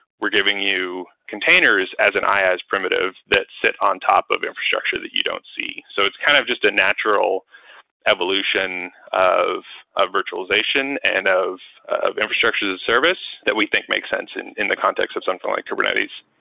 we're giving you containers as an iaas primitives that sit on top of infrastructure that you don't see. so it's kind of just a natural evolution of of virtualization and of of infrastructure as a service that we think makes sense in in the context of something like kubernetes.